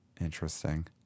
Interesting